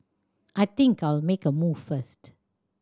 I think I'll make a move first